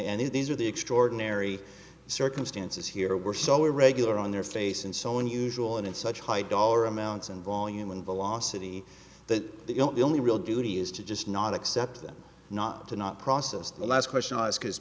and these are the extraordinary circumstances here were so irregular on their face and so unusual and in such high dollar amounts in volume and velocity that the only real duty is to just not accept them not to not process the last question